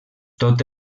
tot